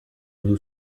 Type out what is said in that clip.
nous